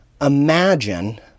imagine